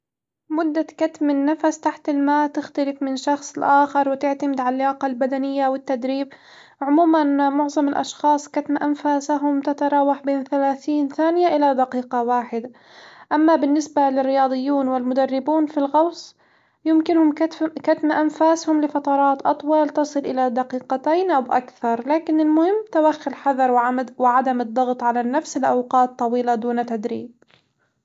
مدة كتم النفس تحت الماء تختلف من شخص لآخر وتعتمد عاللياقة البدنية والتدريب، عمومًا معظم الأشخاص كتم أنفاسهم تتراوح بين ثلاثين ثانية إلى دقيقة واحدة، أما بالنسبة للرياضيون والمدربون في الغوص يمكنهم كتم- كتم أنفاسهم لفترات أطول تصل إلى دقيقتين او أكثر، لكن المهم توخي الحذر وع- وعدم الضغط على النفس لأوقات طويلة دون تدريب.